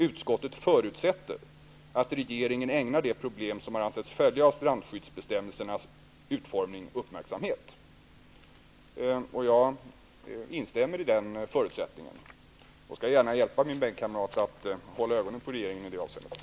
Utskottet förutsätter att regeringen ägnar de problem som har ansetts följa av strandskyddsbestämmelsernas utformning uppmärksamhet.'' Jag instämmer i den förutsättningen och skall gärna hjälpa min bänkkamrat att hålla ögonen på regeringen i det avseendet.